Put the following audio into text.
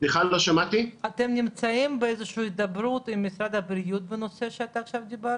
שעכשיו דיברת?